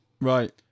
Right